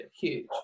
huge